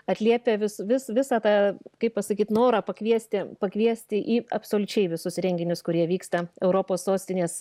atliepia vis vis visą tą kaip pasakyt norą pakviesti pakviesti į absoliučiai visus renginius kurie vyksta europos sostinės